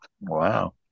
Wow